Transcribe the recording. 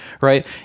right